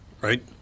right